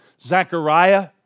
Zechariah